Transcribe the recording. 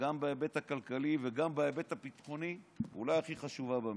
שגם בהיבט הכלכלי וגם בהיבט הביטחוני היא אולי הכי חשובה במדינה.